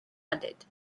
added